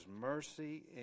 mercy